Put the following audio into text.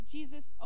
Jesus